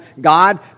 God